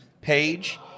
page